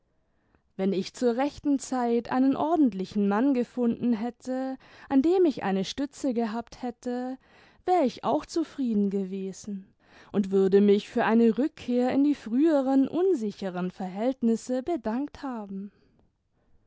wenn ich zur rechten zeit einen ordentlichen mann gefunden hätte an dem ich eine stütze gehabt hätte wäre ich auch zufrieden gewesen und würde mich für eine rückkehr in die früheren unsicheren verhältnisse bedankt haben